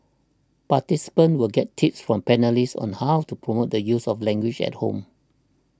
participants will get tips from panellists on how to promote the use of the language at home